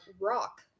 rock